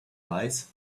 lies